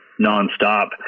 nonstop